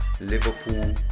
Liverpool